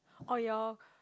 oh your